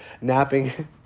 napping